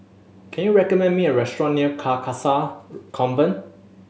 can you recommend me a restaurant near Carcasa Convent